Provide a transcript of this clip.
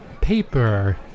paper